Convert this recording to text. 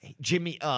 Jimmy